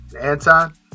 Anton